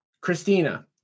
Christina